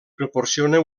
proporciona